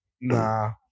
Nah